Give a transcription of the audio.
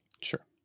Sure